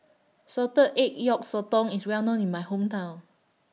Salted Egg Yolk Sotong IS Well known in My Hometown